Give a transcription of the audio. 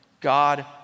God